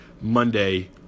Monday